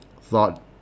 thought